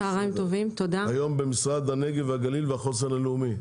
היום במשרד הנגב והגליל והחוסן הלאומי.